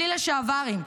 בלי לשעברים,